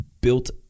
built